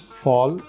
fall